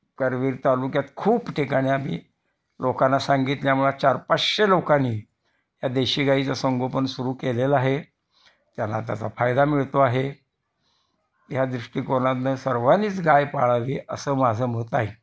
करवीर तालुक्यात खूप ठिकाणी आम्ही लोकांना सांगितल्यामुळं चार पाचशे लोकांनी या देशी गाईचं संगोपन सुरू केलेलं आहे त्यांना त्याचा फायदा मिळतो आहे या दृष्टिकोनातनं सर्वांनीच गाय पाळावी असं माझं मत आहे